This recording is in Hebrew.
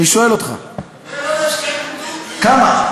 כמה?